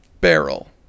barrel